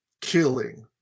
Killing